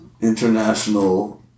International